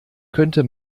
könnte